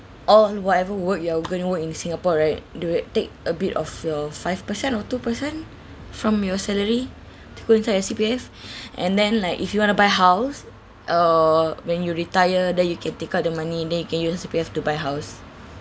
or whatever work you're going to work in singapore right they'll take a bit of your five percent or two percent from your salary to go inside your C_P_F and then like if you wanna buy house err when you retire then you can take out the money and then you can use C_P_F to buy house